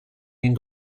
den